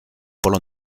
polo